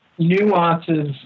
nuances